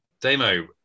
demo